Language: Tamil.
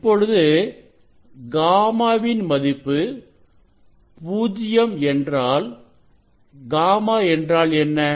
இப்பொழுது காமாவின் γ மதிப்பு பூஜ்ஜியம் என்றால் காமா γ என்றால் என்ன